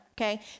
Okay